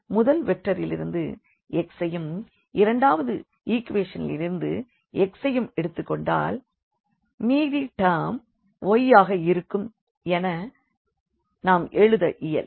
முதல் வெக்டரிலிருந்து x ஐயும் இரண்டாவது ஈக்வெஷனிலிருந்து x ஐயும் எடுத்துக் கொண்டால் மீதி டெர்ம் y ஆக இருக்கும் என நாம் எழுத இயலும்